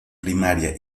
primaria